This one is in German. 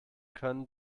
können